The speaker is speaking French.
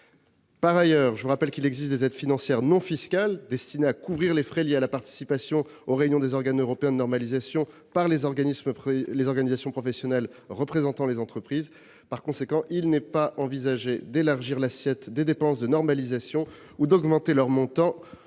Par ailleurs, je rappelle qu'il existe des aides financières non fiscales destinées à couvrir les frais liés à la participation aux réunions des organes européens de normalisation par les organisations professionnelles représentant les entreprises. Par conséquent, il n'est pas envisagé d'élargir l'assiette des dépenses de normalisation ou d'augmenter leur montant,